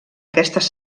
aquestes